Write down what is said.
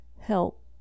help